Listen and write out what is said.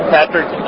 Patrick